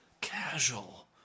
casual